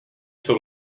jsou